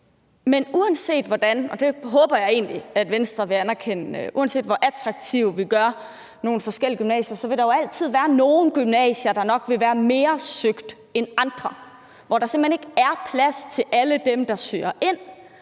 Men uanset hvor attraktive – og det håber jeg egentlig Venstre vil anerkende – vi gør forskellige gymnasier, vil der jo altid være nogle gymnasier, der nok vil være mere søgt end andre, hvor der simpelt hen ikke er plads til alle dem, der søger ind,